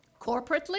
Corporately